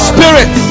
Spirit